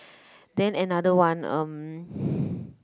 then another one um